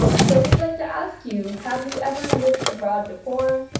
so we would like to ask you, have you ever lived abroad before?